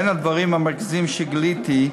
בין הדברים המרגיזים שגיליתי,